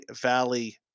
Valley